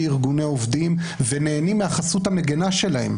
ארגוני עובדים ונהנים מהחסות המגינה שלהם.